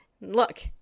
Look